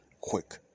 quick